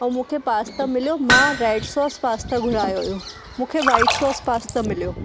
ऐं मूंखे पास्ता मिलियो मां रैड सॉस पास्ता घुरायो हुओ मूंखे वाइट सॉस पास्ता मिलियो